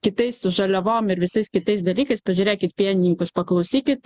kitais su žaliavom ir visais kitais dalykais pažiūrėkit pienininkus paklausykit